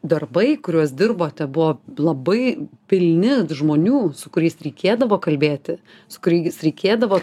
darbai kuriuos dirbote buvo labai pilni žmonių su kuriais reikėdavo kalbėti su kuriais reikėdavo